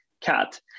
cat